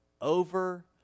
over